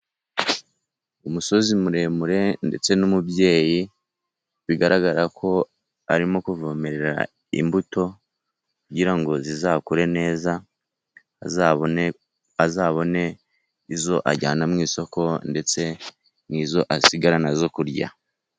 Umusozi muremure ndetse n'umubyeyi bigaragara ko arimo kuvomerera imbuto kugira ngo zizakure neza azabone azabone izo ajyana mu isoko ndetse n'izo asigarana zo kurya.